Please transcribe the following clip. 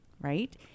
right